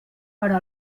però